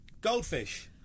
Goldfish